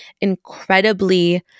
incredibly